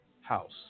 house